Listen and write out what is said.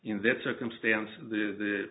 in that circumstance the